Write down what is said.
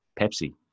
Pepsi